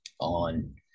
on